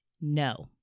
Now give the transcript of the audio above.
no